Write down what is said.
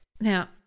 Now